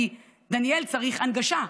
כי דניאל צריך הנגשה,